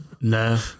No